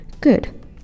Good